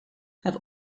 have